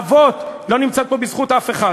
לא נמצאת פה בזכות אף אחד.